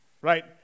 right